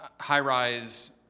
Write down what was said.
high-rise